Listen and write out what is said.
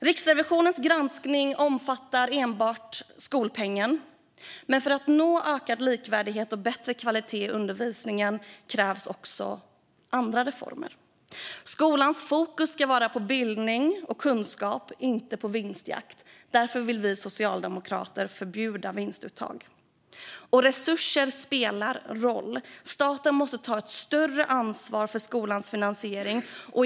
Riksrevisionens granskning omfattar enbart skolpengen. Men för att nå ökad likvärdighet och bättre kvalitet i undervisningen krävs också andra reformer. Skolans fokus ska vara på bildning och kunskap, inte på vinstjakt. Därför vill vi socialdemokrater förbjuda vinstuttag. Resurser spelar roll. Staten måste ta ett större ansvar för skolans finansiering.